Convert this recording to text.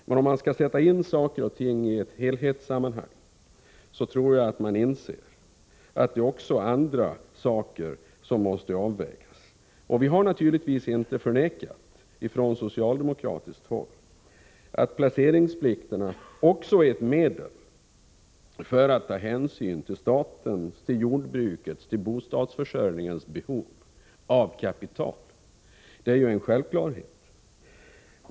Men om man sätter in sakerna i ett helhetssammanhang tror jag man inser, att det också är andra ting som måste tas in i bilden. Vi har givetvis från socialdemokratiskt håll inte förnekat, att placeringsplikten också är ett medel för att ta hänsyn till statens, till jordbrukets, till bostadsförsörjningens behov av kapital. Det är en självklarhet.